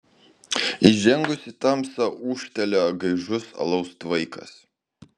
įžengus į tamsą ūžtelėjo gaižus alaus tvaikas